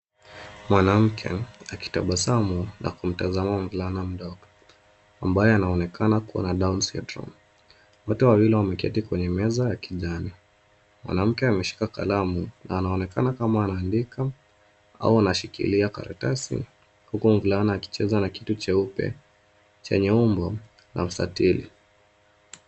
Mwanamke akitabasamu na kumtazama mvulana mdogo ambaye anaonekana kuwa na Down Syndrome . Wote wawili wameketi kwenye meza ya kijani. Mwanamke ameshika kalamu na anaonekana kama anaandika au anashikilia karatasi huku mvulana akicheza na kitu cheupe chenye umbo la mstatili.